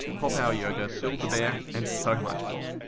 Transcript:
core power yoga, build-a-bear and so much more.